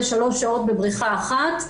לשלוש שעות בבריכה אחת,